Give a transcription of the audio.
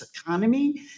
economy